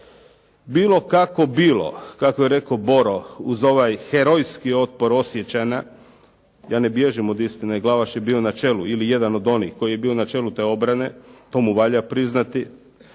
Bilo kako bilo, kako je rekao Boro, uz ovaj herojski otpor osjećana, ja ne bježim od istine, Glavaš je bio na čelu ili jedan od onih koji je bio na čelu te obrane, to mu valja priznati,